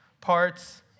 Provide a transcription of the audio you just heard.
parts